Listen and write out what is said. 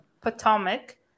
potomac